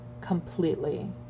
completely